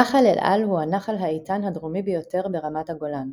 נחל אל על הוא הנחל האיתן הדרומי ביותר ברמת הגולן.